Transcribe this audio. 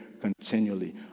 continually